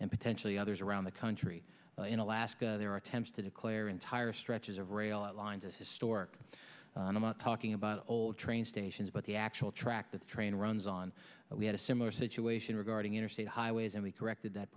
and potentially others around the country in alaska there are attempts to declare entire stretches of rail lines of historic and i'm not talking about old train stations but the actual track the train runs on we had a similar situation regarding interstate highways and we corrected that